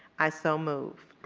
i so move.